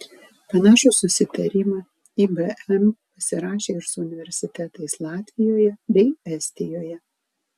panašų susitarimą ibm pasirašė ir su universitetais latvijoje bei estijoje